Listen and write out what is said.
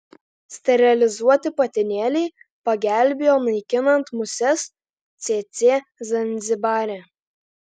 sterilizuoti patinėliai pagelbėjo naikinant muses cėcė zanzibare